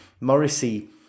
Morrissey